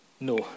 No